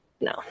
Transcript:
no